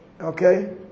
Okay